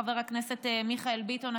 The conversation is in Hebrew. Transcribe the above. חבר הכנסת מיכאל ביטון,